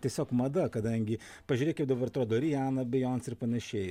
tiesiog mada kadangi pažiūrėk kaip dabar atrodo rijana bijons ir panašiai